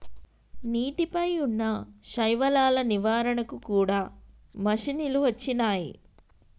నీటి పై వున్నా శైవలాల నివారణ కూడా మషిణీలు వచ్చినాయి